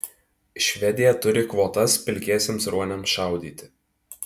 švedija turi kvotas pilkiesiems ruoniams šaudyti